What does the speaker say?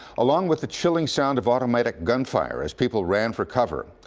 along with the chilling sounds of automatic gun fire as people ran for cover.